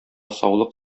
саулык